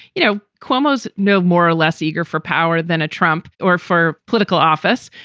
you know, cuomo's no more or less eager for power than a trump or for political office.